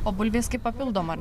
o bulvės kaip papildoma